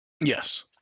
Yes